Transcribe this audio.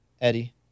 Eddie